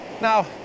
Now